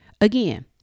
Again